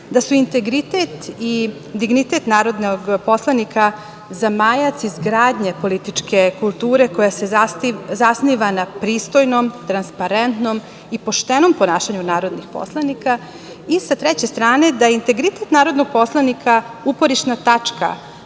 da su integritet i dignitet narodnog poslanika zamajac izgradnje političke kulture koja se zasniva na pristojnom, transparentnom i poštenom ponašanju narodnih poslanika i, sa treće strane, da je integritet narodnog poslanika uporišna tačka